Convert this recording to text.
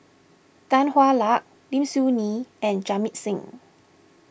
Tan Hwa Luck Lim Soo Ngee and Jamit Singh